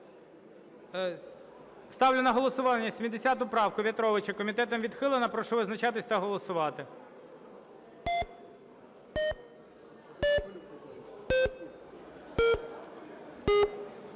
Ставлю на голосування 71 правку В'ятровича. Комітетом відхилена. Прошу визначатись та голосувати.